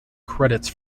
credits